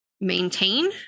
maintain